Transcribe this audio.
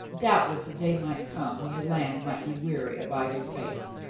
doubtless a day might come when the land might be weary of either faith,